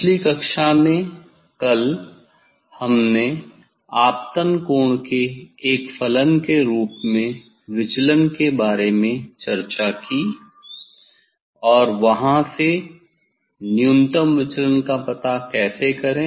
पिछली कक्षा में कल हमने आपतन कोण के एक फलन के रूप में विचलन के बारे में चर्चा की है और वहां से न्यूनतम विचलन का पता कैसे करें